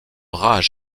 rats